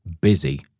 busy